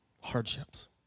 hardships